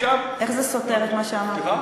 איך זה סותר את מה שאמרתי?